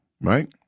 right